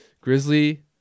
Grizzly